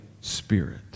Spirit